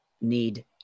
need